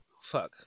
fuck